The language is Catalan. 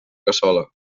cassola